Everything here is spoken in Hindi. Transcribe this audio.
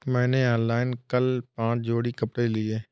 मैंने ऑनलाइन कल पांच जोड़ी कपड़े लिए